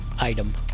Item